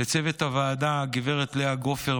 לצוות הוועדה: גב' לאה גופר,